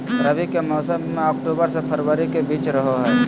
रबी के मौसम अक्टूबर से फरवरी के बीच रहो हइ